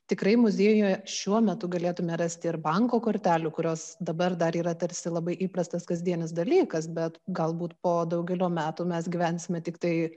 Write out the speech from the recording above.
tikrai muziejuje šiuo metu galėtume rasti ir banko kortelių kurios dabar dar yra tarsi labai įprastas kasdienis dalykas bet galbūt po daugelio metų mes gyvensime tiktai